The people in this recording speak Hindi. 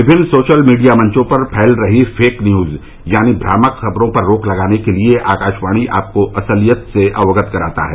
विभिन्न सोशल मीडिया मंचों पर फैल रही फेक न्यूज यानी भ्रामक खबरों पर रोक लगाने के लिए आकाशवाणी आपको असलियत से अवगत कराता है